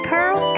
Pearl